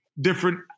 different